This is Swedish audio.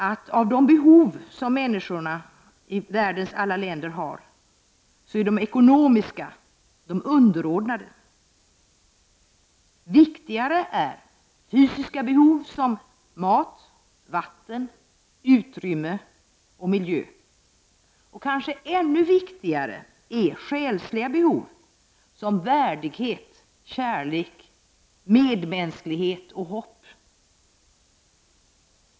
Av de behov som människorna i världens alla länder har är de ekonomiska underordnade. Viktigare är fysiska behov som mat, vatten, utrymme och miljö. Kanske ännu viktigare är själsliga behov som värdighet, kärlek, medmänsklighet och hopp.